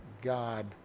God